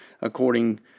According